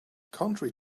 contrary